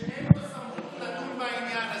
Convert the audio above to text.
שאין לו סמכות לדון בעניין הזה.